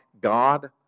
God